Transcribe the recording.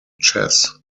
chess